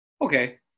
Okay